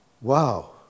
Wow